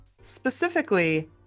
Specifically